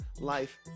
life